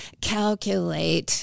calculate